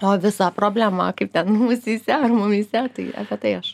o visa problema kaip ten musyse ar mumyse tai apie tai aš